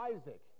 Isaac